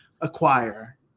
acquire